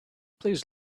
please